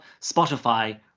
Spotify